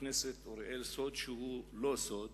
הכנסת אריאל סוד שהוא לא סוד,